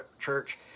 church